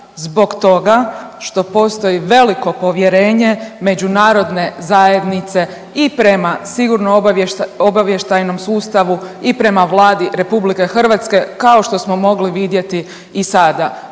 zbog toga što postoji veliko povjerenje međunarodne zajednice i prema Sigurnosno-obavještajnom sustavu i prema Vladi RH, kao što smo mogli vidjeti i sada.